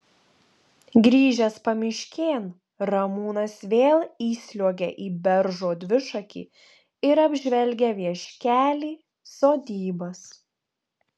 grįžęs pamiškėn ramūnas vėl įsliuogia į beržo dvišakį ir apžvelgia vieškelį sodybas